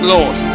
Lord